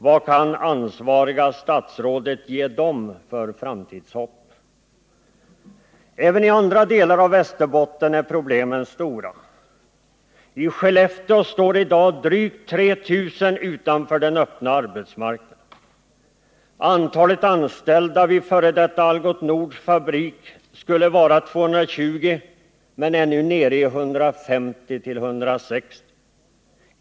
Vad kan det ansvariga statsrådet ge dem för framtidshopp? Även i andra delar av Västerbotten är problemen stora. I Skellefteå står i dag drygt 3 000 utanför den öppna arbetsmarknaden. Antalet anställda vid f.d. Algots Nords fabrik skall vara 220, men är nu nere i 150-160.